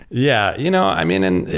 yeah. you know i mean, and